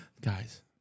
Guys